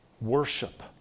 worship